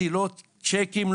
לא צ'קים,